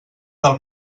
del